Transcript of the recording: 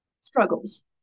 struggles